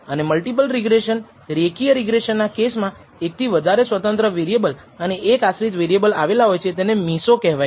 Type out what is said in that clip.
અને multiple regression રેખીય regression ના કેસમાં એક થી વધારે સ્વતંત્ર વેરિએબલ અને એક આશ્રિત વેરિએબલ આવેલા હોય છે તેને MISO કહેવાય છે